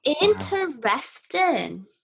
Interesting